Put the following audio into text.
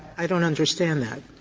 i don't understand that.